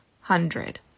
hundred